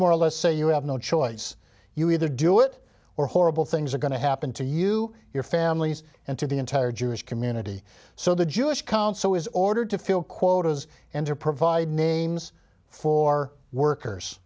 more or less say you have no choice you either do it or horrible things are going to happen to you your families and to the entire jewish community so the jewish council is ordered to fill quotas and to provide names for workers